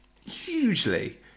Hugely